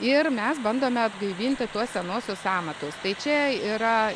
ir mes bandome atgaivinti tuos senuosius amatus tai čia yra